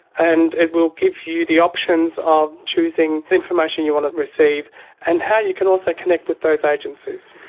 and it will give you the options of choosing information you want to receive and how you can also connect with those agencies.